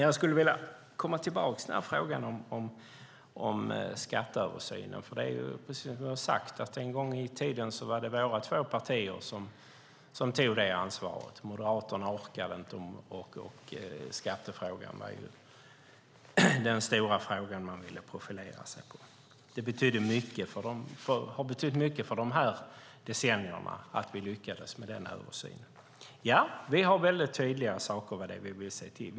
Jag skulle vilja komma tillbaka till frågan om skatteöversynen, för precis som jag har sagt var det en gång i tiden våra två partier som tog det ansvaret. Moderaterna orkade inte, och skattefrågan var den stora frågan som man ville profilera sig med. Det har betytt mycket för de här decennierna att vi lyckades med den översynen. Ja, det är väldigt tydliga saker som vi vill se över.